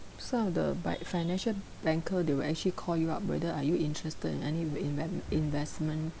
some of the by financial banker they will actually call you up whether are you interested in any in w~ inve~ investment